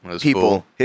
people